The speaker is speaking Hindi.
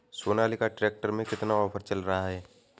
सोनालिका ट्रैक्टर में कितना ऑफर चल रहा है?